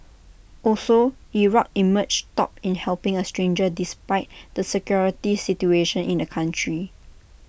also Iraq emerged top in helping A stranger despite the security situation in the country